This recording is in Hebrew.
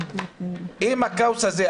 אם הכאוס הזה,